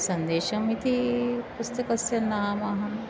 सन्देशमिति पुस्तकस्य नाम अहम्